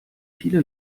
viele